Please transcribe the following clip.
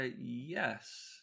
Yes